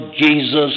Jesus